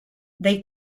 they